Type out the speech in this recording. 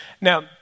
Now